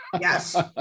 yes